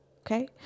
Okay